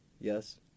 Yes